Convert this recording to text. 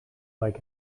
like